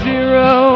Zero